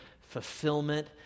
fulfillment